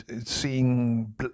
seeing